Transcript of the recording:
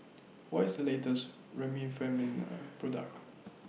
What IS The latest Remifemin Product